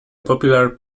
popular